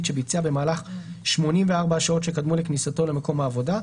שביצע במהלך 84 השעות שקדמו לכניסתו למקום העבודה.